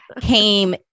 came